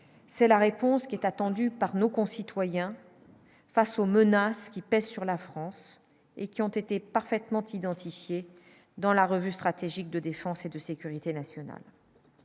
C'est la réponse qui est attendue par nos concitoyens face aux menaces qui pèsent sur la France et qui ont été parfaitement identifiés dans la revue stratégique de défense et de sécurité nationale,